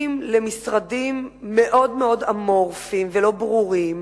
למשרדים מאוד מאוד אמורפיים ולא ברורים,